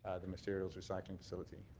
ah the materials recycling facility.